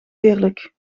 eerlijk